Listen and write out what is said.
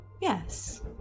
Yes